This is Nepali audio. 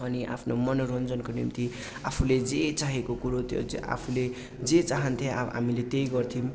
अनि आफ्नो मनोरञ्जनको निम्ति आफूले जे चाहेको कुरो त्यो चाहिँ आफूले जे चाहन्थेँ हामीले त्यही गर्थ्यौँ